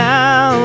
Now